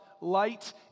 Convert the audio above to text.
light